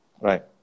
Right